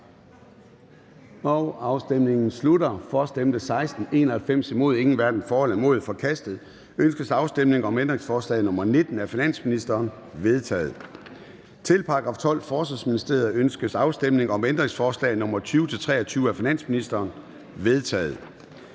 hverken for eller imod stemte 0. Ændringsforslaget er forkastet. Ønskes afstemning om ændringsforslag nr. 19 af finansministeren? Det er vedtaget. Til § 12. Forsvarsministeriet. Ønskes afstemning om ændringsforslag nr. 20-23 af finansministeren? De er